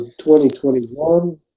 2021